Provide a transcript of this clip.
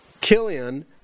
Killian